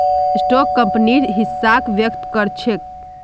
stock कंपनीर हिस्साक व्यक्त कर छेक